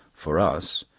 for us,